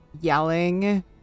yelling